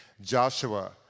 Joshua